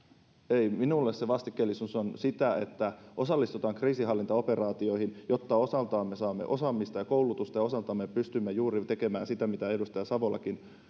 ei minulle se vastikkeellisuus on sitä että osallistutaan kriisinhallintaoperaatioihin jotta osaltamme me saamme osaamista ja koulutusta ja osaltamme pystymme juuri tekemään sitä mitä edustaja savolakin